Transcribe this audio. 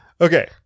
Okay